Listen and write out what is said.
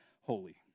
holy